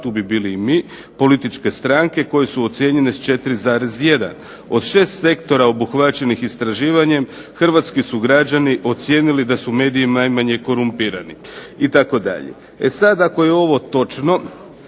tu bi bili i mi, političke stranke koje su ocijenjene s 4,1. Od 6 sektora obuhvaćenih istraživanjem hrvatski su građani ocijenili da su mediji najmanje korumpirani" itd. E sada ako je ovo točno,